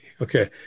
Okay